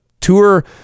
tour